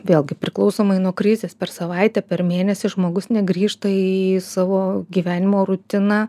vėlgi priklausomai nuo krizės per savaitę per mėnesį žmogus negrįžta į savo gyvenimo rutiną